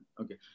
Okay